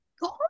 God